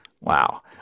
Wow